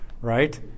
right